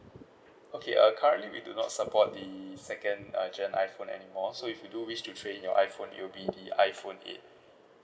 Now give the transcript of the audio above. okay uh currently we do not support the second uh gen iphone anymore so if you do wish to trade in your iphone it'll be the iphone eight